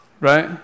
Right